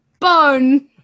bone